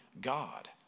God